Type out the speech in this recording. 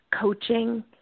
coaching